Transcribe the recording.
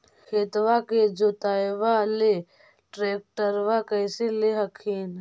खेतबा के जोतयबा ले ट्रैक्टरबा कैसे ले हखिन?